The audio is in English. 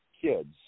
Kids